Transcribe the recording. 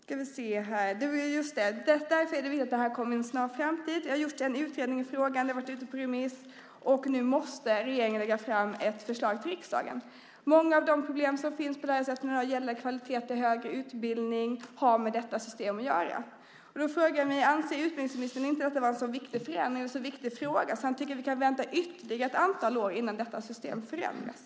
Detta måste komma inom en snar framtid. Det har gjorts en utredning i frågan - den har varit ute på remiss - och nu måste regeringen lägga fram ett förslag till riksdagen. Många av de problem som finns på lärosätena med kvalitet i högre utbildning har med detta system att göra. Anser inte utbildningsministern att det var en så viktig förändring och så viktig fråga att han tycker att vi kan vänta ytterligare ett antal år innan detta system förändras?